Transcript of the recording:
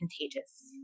contagious